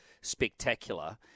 spectacular